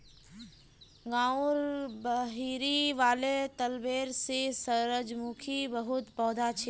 गांउर बहिरी वाले तलबेर ली सूरजमुखीर बहुत पौधा छ